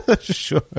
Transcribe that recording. Sure